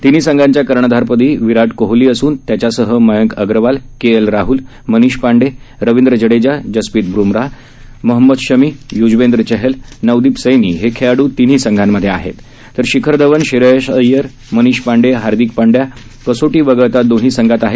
तिन्ही संघांच्या कर्णधारपदी विराट कोहली असून त्याच्यासह मयंक अग्रवाल के एल राहल मनीष पांडे रवींद्र जडेजा जसप्रीत ब्मराह मोहम्मद शमी य्जवेंद्र चहल नवदीप सैनी हे खेळाडू तिन्ही संघांमध्ये आहेत तर शिखर धवन श्रेयस अय्यर मनीष पांडे हार्दिक पंड्या कसोटी वगळता दोन्ही संघात आहे